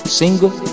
single